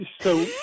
so-